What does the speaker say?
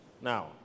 now